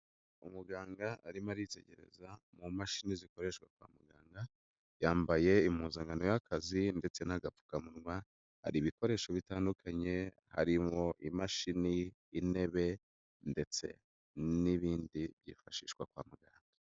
Umuganga arimo aritegereza mu mashini zikoreshwa kwa muganga, yambaye impuzankano y'akazi ndetse n'agapfukamunwa, hari ibikoresho bitandukanye harimwo imashini, intebe ndetse n'ibindi byifashishwa kwa muganga.